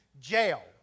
jail